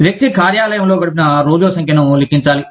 వ్యక్తి కార్యాలయంలో గడిపిన రోజుల సంఖ్యను లెక్కించాలి